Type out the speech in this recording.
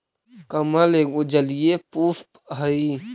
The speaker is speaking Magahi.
कमल एगो जलीय पुष्प हइ